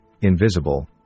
invisible